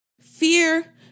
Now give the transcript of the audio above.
Fear